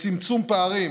וצמצום פערים